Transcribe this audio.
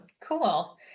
Cool